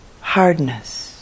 hardness